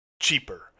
cheaper